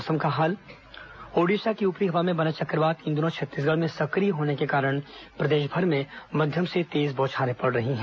मौसम ओड़िशा की ऊपरी हवा में बना चक्रवात इन दिनों छत्तीसगढ़ में सक्रिय होने के कारण प्रदेशभर में मध्यम से तेज बौछारें पड़ रही हैं